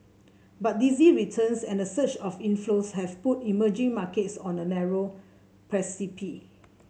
but dizzy returns and a surge of inflows have put emerging markets on a narrow